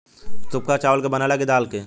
थुक्पा चावल के बनेला की दाल के?